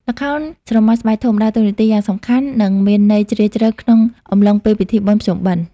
ល្ខោនស្រមោលស្បែកធំ ដើរតួនាទីយ៉ាងសំខាន់ និងមានន័យជ្រាលជ្រៅក្នុងអំឡុងពេល ពិធីបុណ្យភ្ជុំបិណ្ឌ។